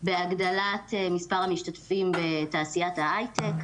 בהגדלת מספר המשתתפים בתעשיית ההייטק,